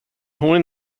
hon